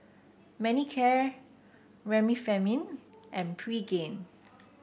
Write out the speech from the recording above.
Manicare Remifemin and Pregain